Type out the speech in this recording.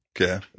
Okay